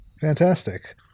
fantastic